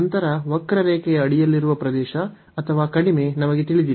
ನಂತರ ವಕ್ರರೇಖೆಯ ಅಡಿಯಲ್ಲಿರುವ ಪ್ರದೇಶ ಅಥವಾ ಕಡಿಮೆ ನಮಗೆ ತಿಳಿದಿಲ್ಲ